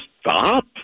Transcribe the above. stop